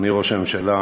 אדוני ראש הממשלה,